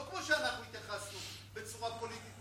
לא כמו שאנחנו התייחסנו בצורה פוליטית,